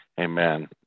Amen